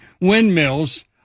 windmills